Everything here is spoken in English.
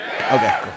okay